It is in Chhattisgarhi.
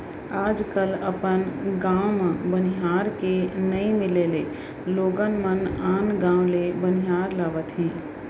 आज कल अपन गॉंव म बनिहार के नइ मिले ले लोगन मन आन गॉंव ले बनिहार लावत हें